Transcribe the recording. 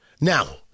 Now